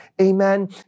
Amen